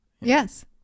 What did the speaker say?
Yes